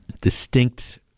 distinct